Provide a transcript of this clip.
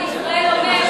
בישראל אומר,